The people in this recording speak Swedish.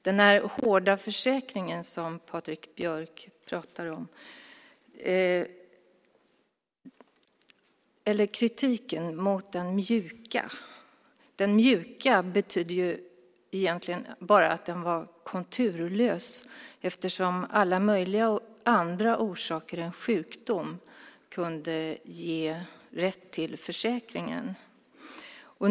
Patrik Björck förde fram kritik och talade om den mjuka försäkringen. Den mjuka försäkringen betyder egentligen bara att den var konturlös eftersom alla andra möjliga orsaker än sjukdom kunde ge rätt till försäkringen.